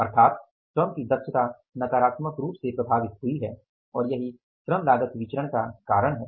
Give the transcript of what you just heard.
अर्थात श्रम की दक्षता नकारात्मक रूप से प्रभावित हुई है और यही श्रम लागत विचरण का कारण है